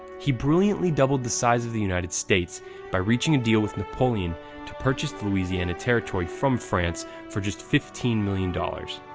he brilliantly doubled the size of the united states by reaching a deal with napoleon bonaparte to purchase the louisiana territory from france for just fifteen million dollars